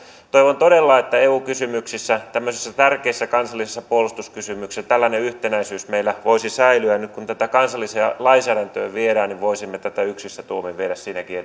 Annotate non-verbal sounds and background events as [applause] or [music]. toivon todella että eu kysymyksissä ja tämmöisissä tärkeissä kansallisissa puolustuskysymyksissä tällainen yhtenäisyys meillä voisi säilyä nyt kun tätä kansalliseen lainsäädäntöön viedään voisimme tätä yksissä tuumin viedä siinäkin [unintelligible]